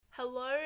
Hello